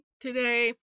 today